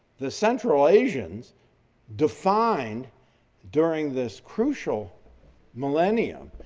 the central asians defined during this crucial millennium,